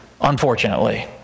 Unfortunately